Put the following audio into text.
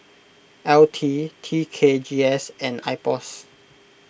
L T T K G S and Ipos